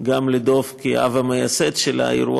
כדי לשמור על כל המענק באופן עצמאי לטובת האישה